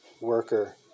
worker